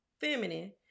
feminine